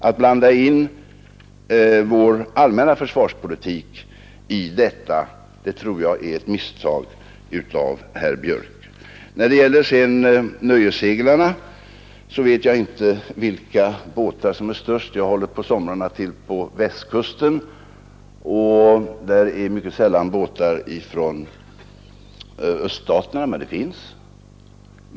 Att blanda in vår allmänna försvarspolitik i detta är enligt min mening ett misstag av herr Björck. När det sedan gäller nöjesseglarna vet jag inte vilka båtar som är störst. Jag håller på somrarna till på Västkusten, och där är mycket sällan båtar från öststaterna, men de finns.